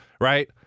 right